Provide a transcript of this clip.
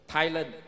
Thailand